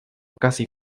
casi